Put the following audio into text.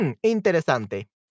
interesante